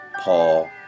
Paul